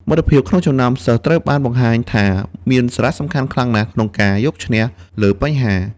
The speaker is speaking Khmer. មិត្តភាព ក្នុងចំណោមសិស្សត្រូវបានបង្ហាញថាមានសារៈសំខាន់ខ្លាំងណាស់ក្នុងការយកឈ្នះលើបញ្ហា។